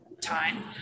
time